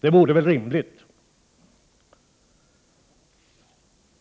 Det vore rimligt att skicka tillbaka ärendet.